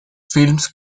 films